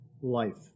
life